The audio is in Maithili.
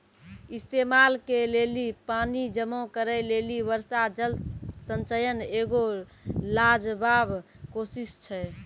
इस्तेमाल के लेली पानी जमा करै लेली वर्षा जल संचयन एगो लाजबाब कोशिश छै